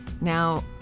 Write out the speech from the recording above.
Now